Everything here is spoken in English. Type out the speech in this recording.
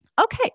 Okay